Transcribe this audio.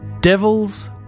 Devil's